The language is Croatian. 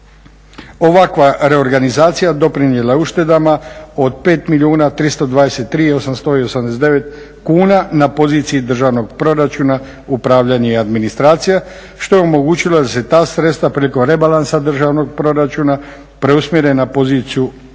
Ovakva reorganizacija doprinijela je uštedama od 5 milijuna 323 889 kuna na poziciji državnog proračuna upravljanje i administracija što je omogućilo da se ta sredstva prilikom rebalansa državnog proračuna preusmjere na poziciju